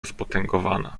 spotęgowana